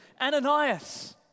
Ananias